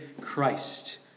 Christ